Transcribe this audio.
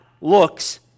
looks